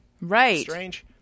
Right